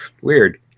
Weird